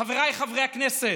חבריי חברי הכנסת,